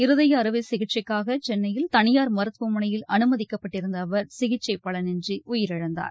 இருதய அறுவை சிகிச்சைக்காக சென்னையில் தனியார் மருத்துவமனையில் அனுமதிக்கப்பட்டிருந்த அவர் சிகிச்சை பலனின்றி உயிரிழந்தார்